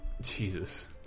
Jesus